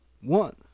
one